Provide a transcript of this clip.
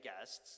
guests